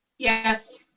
Yes